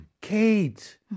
Kate